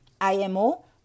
IMO